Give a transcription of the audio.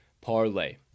parlay